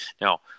now